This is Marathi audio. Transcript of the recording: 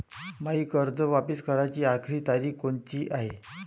मायी कर्ज वापिस कराची आखरी तारीख कोनची हाय?